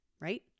right